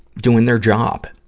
doing their job.